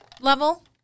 level